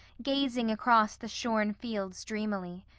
gazing across the shorn fields dreamily.